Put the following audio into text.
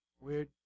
weird